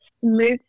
smooth